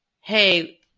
Hey